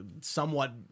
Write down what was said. somewhat